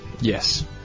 Yes